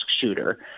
shooter